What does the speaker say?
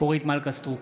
אורית מלכה סטרוק,